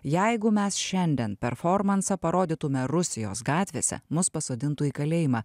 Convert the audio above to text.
jeigu mes šiandien performansą parodytume rusijos gatvėse mus pasodintų į kalėjimą